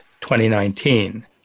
2019